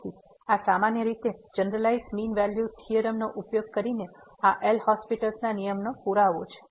તેથી આ સામાન્ય રીતે જનારલાઈઝ મીન વેલ્યુ થીયોરમ નો ઉપયોગ કરીને આ L'Hospital's ના નિયમનો પુરાવો છે